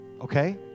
Okay